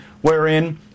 wherein